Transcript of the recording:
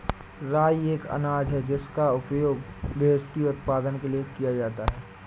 राई एक अनाज है जिसका उपयोग व्हिस्की उत्पादन के लिए किया जाता है